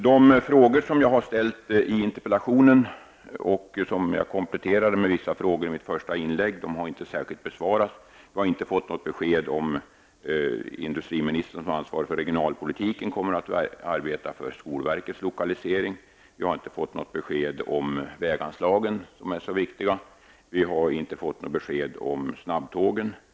De frågor som jag ställde i interpellationen och som jag ytterligare kompletterade i mitt första inlägg har inte särskilt besvarats. Jag har inte fått något besked om industriministern, som är ansvarig för regionalpolitiken, kommer att arbeta för skolverkets lokalisering. Jag har inte fått något besked om väganslagen som är så viktiga. Vi har inte fått något besked om snabbtågen.